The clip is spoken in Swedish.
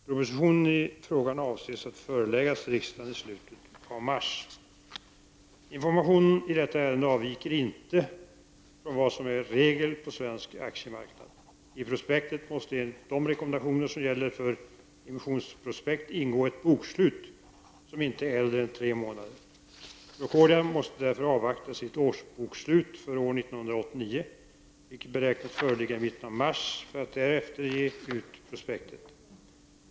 Proposition i frågan avses föreläggas riksdagen i slutet av mars. Informationen i detta ärende avviker inte från vad som är regel på svensk aktiemarknad. I prospektet måste enligt de rekommendationer som gäller för emissionsprospekt ingå ett bokslut som inte är äldre än tre månader. Procordia måste därför avvakta sitt årsbokslut för år 1989, vilket beräknas föreligga i mitten av mars, för att därefter ge ut prospektet.